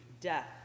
death